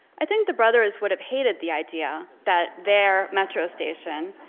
i think the brothers would have hated the idea that their metro station,